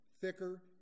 thicker